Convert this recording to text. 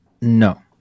No